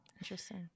Interesting